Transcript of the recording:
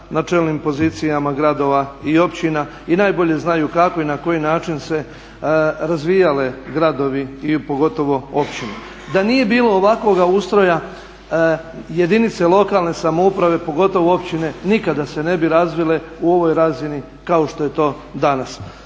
na čelnim pozicijama gradova i općina i najbolje znaju kako i na koji način su se razvijali gradovi i pogotovo općine. Da nije bilo ovakvoga ustroja jedinice lokalne samouprave pogotovo općine nikada se ne bi razvile u ovoj razini kao što je to danas.